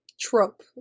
trope